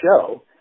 show